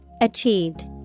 Achieved